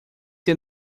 ter